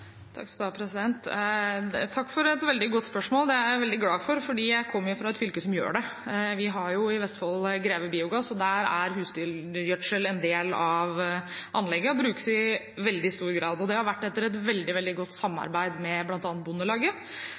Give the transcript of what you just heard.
Takk for et veldig godt spørsmål. Det er jeg veldig glad for, for jeg kommer fra et fylke som faktisk gjør dette. I Vestfold har vi Greve Biogass, og der er husdyrgjødsel en del av anlegget og brukes i veldig stor grad, og det har vært etter et veldig godt samarbeid med bl.a. Bondelaget,